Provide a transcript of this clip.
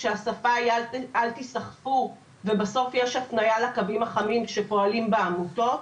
כשהשפה היא אל תיסחפו ובסוף יש הפניה לקווים החמים שפועלים בעמותות.